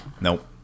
Nope